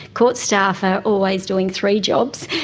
court staff are always doing three jobs,